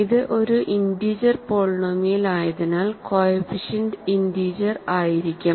ഇത് ഒരു ഇന്റീജർ പോളിനോമിയലായതിനാൽ കോഎഫിഷ്യന്റ് ഇന്റീജർ ആയിരിക്കും